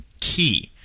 key